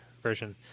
version